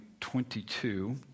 22